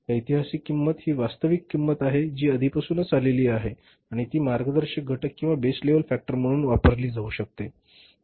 ऐतिहासिक किंमत ही वास्तविक किंमत आहे जी आधीपासून आलेली आहे आणि ती मार्गदर्शक घटक किंवा बेस लेव्हल फॅक्टर म्हणून वापरली जाऊ शकते